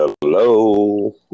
Hello